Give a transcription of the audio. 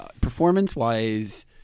performance-wise